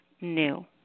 new